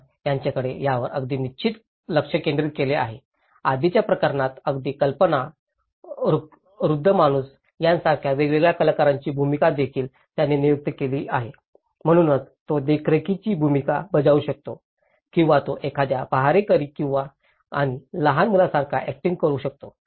तर त्याकडे यावर अगदी निश्चित लक्ष केंद्रित केले आहे आधीच्या प्रकरणात अगदी कल्पना वृद्ध माणूस यासारख्या वेगवेगळ्या कलाकारांची भूमिकादेखील त्यांनी नियुक्त केली आहे म्हणूनच तो देखरेखीची भूमिका बजावू शकतो किंवा तो एखाद्या पहारेकरी आणि लहान मुलासारखा ऍक्टिंग करू शकतो